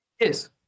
Yes